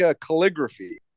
calligraphy